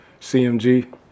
CMG